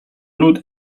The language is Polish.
lód